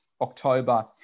October